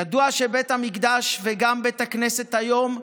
ידוע שבית המקדש, וגם בית הכנסת היום,